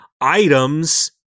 items